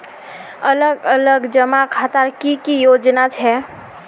अलग अलग जमा खातार की की योजना छे?